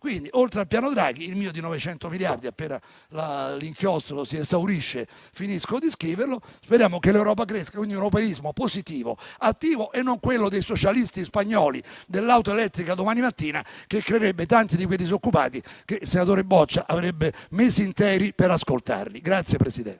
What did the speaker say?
Quindi, oltre al piano Draghi - il mio piano di 900 miliardi, appena l'inchiostro si esaurisce, finisco di scriverlo - speriamo che l'Europa cresca. Quindi il nostro è un europeismo positivo e attivo, non quello dei socialisti spagnoli dell'auto elettrica domani mattina, che creerebbe tanti di quei disoccupati che il senatore Boccia impiegherebbe mesi interi per ascoltarli.